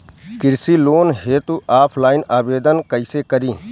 कृषि लोन हेतू ऑफलाइन आवेदन कइसे करि?